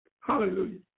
Hallelujah